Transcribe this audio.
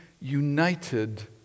united